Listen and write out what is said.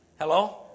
Hello